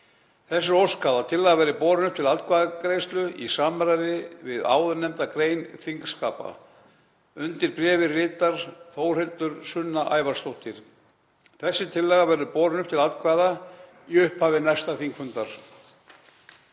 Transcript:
Þess er óskað að tillagan verði borin upp til atkvæðagreiðslu í samræmi við áðurnefnda grein þingskapa.“ Undir bréfið ritar Þórhildur Sunna Ævarsdóttir. Þessi tillaga verður borin upp til atkvæða í upphafi næsta þingfundar.